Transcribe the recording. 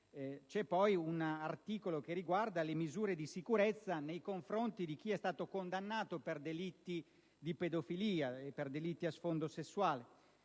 è poi un articolo che riguarda le misure di sicurezza nei confronti di chi è stato condannato per delitti di pedofilia e a sfondo sessuale.